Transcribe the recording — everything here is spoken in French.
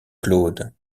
claude